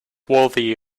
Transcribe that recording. worthy